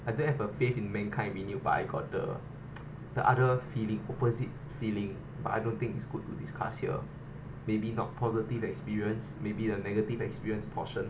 I don't have a faith in mankind renewed but I got the the other feeling opposite feeling but I don't think it's good to discuss here maybe not positive experience maybe the negative experience portion